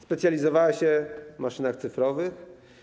Specjalizowała się w maszynach cyfrowych.